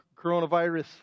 coronavirus